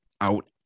out